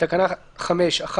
בתקנה 5(1),